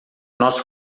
nós